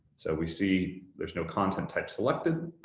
so we see there's no content type selected.